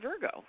Virgo